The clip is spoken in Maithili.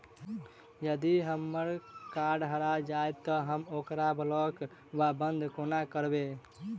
यदि हम्मर कार्ड हरा जाइत तऽ हम ओकरा ब्लॉक वा बंद कोना करेबै?